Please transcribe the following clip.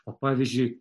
o pavyzdžiui